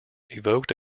evoked